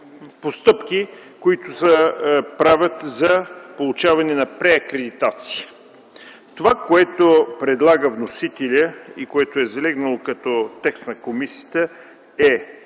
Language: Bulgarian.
които се правят за получаване на преакредитация. Това, което предлага вносителят и е залегнало като текст на комисията,